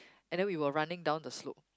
and then we were running down the slope